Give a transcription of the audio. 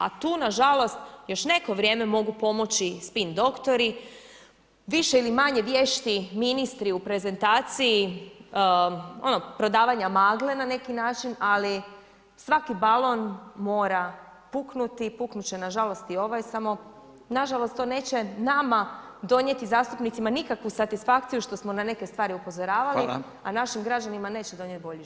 A tu nažalost još neko vrijeme mogu pomoći spin doktori, više ili manje vješti ministri u prezentaciji, ono prodavanje magle na neki način ali svaki balon mora puknuti, puknut će nažalost i ovaj samo, nažalost to neće nam donijeti zastupnicima nikakvu satisfakciju što smo na neke stvari upozoravali a našim građanima neće donijeti bolji život.